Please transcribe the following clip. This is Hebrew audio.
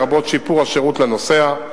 לרבות שיפור השירות לנוסע,